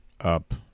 up